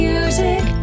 Music